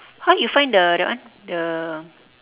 how you find the that one the